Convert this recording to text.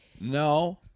No